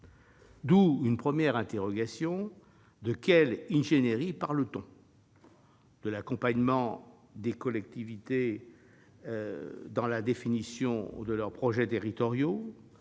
D'où une première interrogation : de quelle ingénierie parle-t-on ? De l'accompagnement des collectivités dans la définition de leurs projets territoriaux,